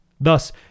Thus